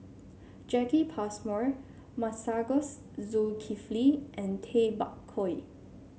Jacki Passmore Masagos Zulkifli and Tay Bak Koi